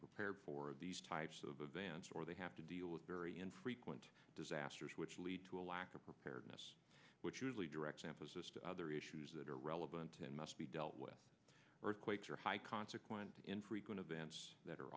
prepared for these types of events or they have to deal with very infrequent disasters which lead to a lack of preparedness which usually direct campuses to other issues that are relevant and must be dealt with earthquakes are high consequent infrequent events that are